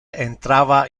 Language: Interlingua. entrava